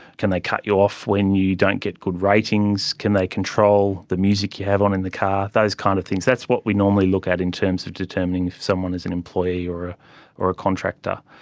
can they cut you off when you don't get good ratings, can they control the music you have on in the car, those kind of things? that's what we normally look at in terms of determining if someone is an employee or or a contractor.